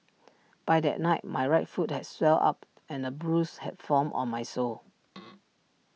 by that night my right foot had swelled up and A bruise had formed on my sole